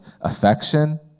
affection